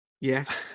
Yes